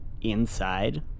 inside